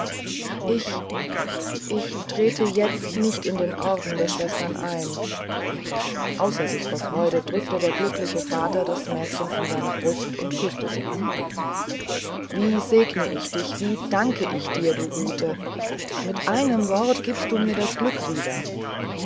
ich ich trete jetzt nicht in den orden der schwestern ein außer sich vor freude drückte der glückliche vater das mädchen an seine brust und küßte sie wie segne ich dich wie danke ich dir du gute mit einem wort gibst du mir das glück wieder